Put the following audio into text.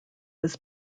was